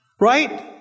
Right